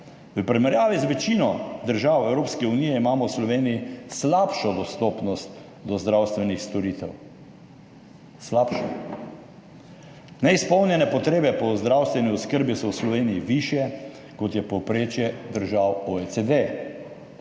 V primerjavi z večino držav Evropske unije imamo v Sloveniji slabšo dostopnost do zdravstvenih storitev. Neizpolnjene potrebe po zdravstveni oskrbi so v Sloveniji višje, kot je povprečje držav OECD.